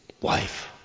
wife